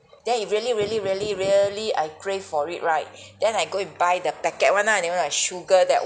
then if really really really really I crave for it right then I go and buy the packet one ah that one like sugar that